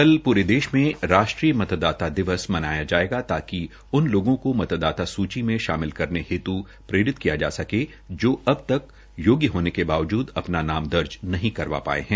कल पूरे देश में राष्ट्रीय मतदाता दिवस मनाया जायेगा ताकि उन लोगों को मतदाता सूची में शामिल करेन हेत् प्रेरित किया जा सके जो अब तक योग्य होने के बावजूद अपना नाम दर्ज नहीं करवा पाये है